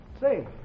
Say